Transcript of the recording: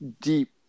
deep